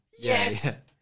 yes